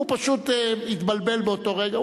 הוא פשוט התבלבל באותו רגע.